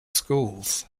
schools